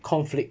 conflict